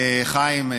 חיים,